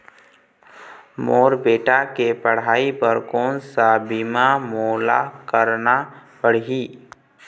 मोर बेटा के पढ़ई बर कोन सा बीमा मोला करना पढ़ही?